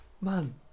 Man